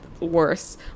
worse